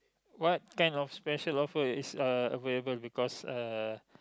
what kind of special offer is uh available because uh